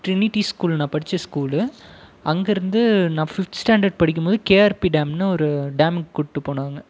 Trinity school நான் படிச்ச school அங்கேருந்து நான் ஃபிஃப்த் ஸ்டாண்டர்ட் படிக்கும்மோது கேஆர்பி டேம்ன்னு ஒரு டேம்முக்கு கூட்டு போனாங்க